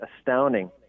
astounding